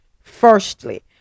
Firstly